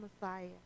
Messiah